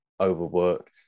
overworked